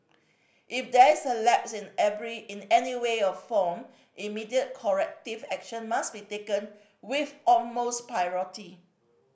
if there is a lapse in every in any way or form immediate corrective action must be taken with utmost priority